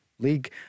league